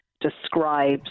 describes